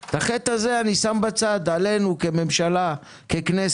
הדבר הזה נכון, ויש גם תביעות קרקע בכל מיני